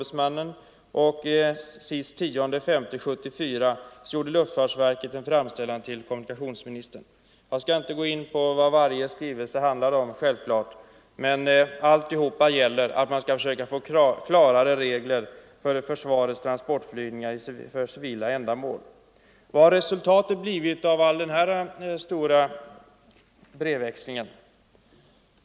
Den 10 maj 1974 gjorde luftfartsverket en framställning till kommunikationsministern. Jag skall givetvis inte gå in på vad varje skrivelse handlade om, men de gick alla ut på att man ville ha klarare regler för försvarets transportflygningar för civila ändamål. Vad har resultatet blivit av hela den stora skriftväxlingen?